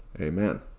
Amen